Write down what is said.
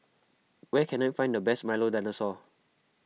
where can I find the best Milo Dinosaur